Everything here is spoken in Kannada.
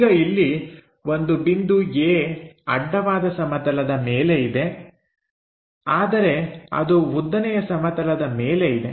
ಈಗ ಇಲ್ಲಿ ಒಂದು ಬಿಂದು A ಅಡ್ಡವಾದ ಸಮತಲದ ಮೇಲೆ ಇದೆ ಆದರೆ ಅದು ಉದ್ದನೆಯ ಸಮತಲದ ಮೇಲೆ ಇದೆ